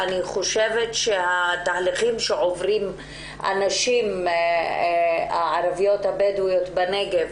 התהליכים שעוברים הנשים הערביות הבדואיות בנגב,